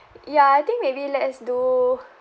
ya I think maybe let's do